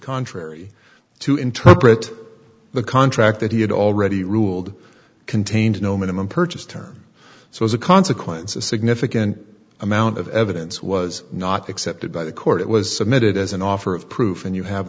contrary to interpret the contract that he had already ruled contained no minimum purchase term so as a consequence a significant amount of evidence was not accepted by the court it was submitted as an offer of proof and you have